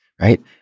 right